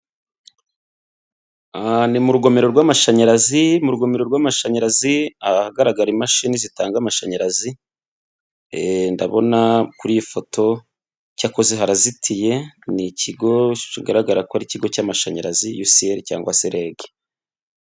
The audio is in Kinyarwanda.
Ni mu rugomero rw'amashanyarazi mu rugomero rw'amashanyarazi ahagaragara imashini zitanga amashanyarazi, ndabona kuri iyi foto cyakoze harazitiye ni ikigo kigaragara ko ari ikigo cy'amashanyarazi yuciyeri cyangwa se rege.